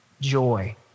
joy